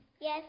Yes